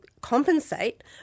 compensate